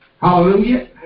Hallelujah